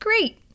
Great